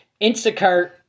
Instacart